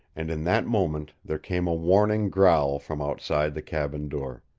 and in that moment there came a warning growl from outside the cabin door.